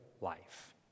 Life